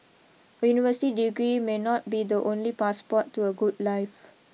a university degree may not be the only passport to a good life